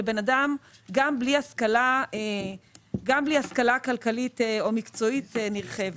לבן אדם שהוא בלי השכלה כלכלית או מקצועית נרחבת.